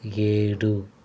ఏడు